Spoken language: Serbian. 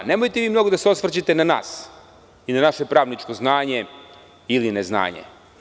Nemojte vi mnogo da se osvrćete na nas i na naše pravničko znanje ili neznanje.